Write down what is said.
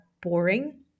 boring